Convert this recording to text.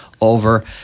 over